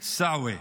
סעווה,